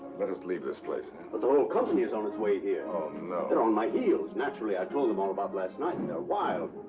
let us leave this place, ah? but the whole company is on its way here. oh, no. they're on my heels. naturally i told them all about last night, and they're wild.